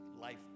life